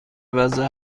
وضع